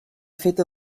feta